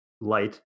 light